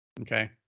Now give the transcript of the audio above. Okay